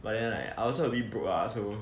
but then like I also a bit broke lah so